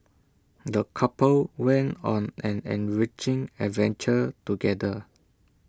the couple went on an enriching adventure together